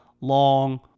long